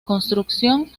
construcción